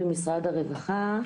משרד הרווחה.